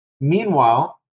Meanwhile